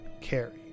Carrie